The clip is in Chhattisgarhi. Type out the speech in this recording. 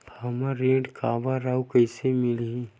हमला ऋण काबर अउ कइसे मिलही?